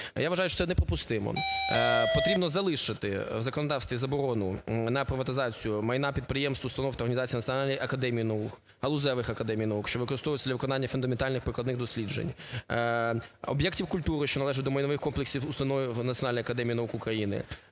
Я вважаю, що це неприпустимо. Потрібно залишити в законодавстві заборону на приватизацію майна підприємств, установ та організацій, Національної академії наук, галузевих академій наук, що використовуються для виконання фундаментальних прикладних досліджень, об'єктів культури, що належать до майнових комплексів установ Національної академії наук України,